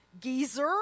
Geezer